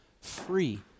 free